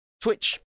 Twitch